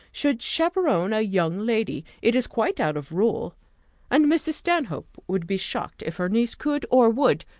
should chaperon a young lady. it is quite out of rule and mrs. stanhope would be shocked if her niece could, or would,